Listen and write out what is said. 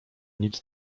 nic